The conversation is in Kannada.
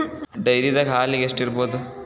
ಡೈರಿದಾಗ ಹಾಲಿಗೆ ಎಷ್ಟು ಇರ್ಬೋದ್?